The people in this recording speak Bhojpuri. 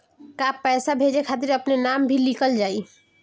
का पैसा भेजे खातिर अपने नाम भी लिकल जाइ?